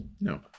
No